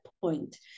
point